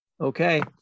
Okay